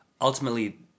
ultimately